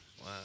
wow